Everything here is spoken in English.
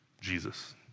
Jesus